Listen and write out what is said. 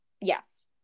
Yes